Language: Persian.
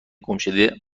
گمشده